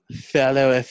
Fellow